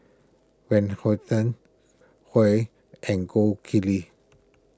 Van Houten Viu and Gold Kili